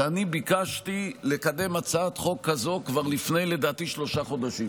שאני ביקשתי לקדם הצעת חוק כזאת כבר לפני שלושה חודשים,